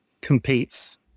competes